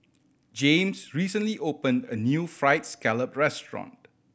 James recently opened a new Fried Scallop restaurant